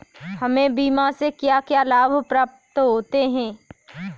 हमें बीमा से क्या क्या लाभ प्राप्त होते हैं?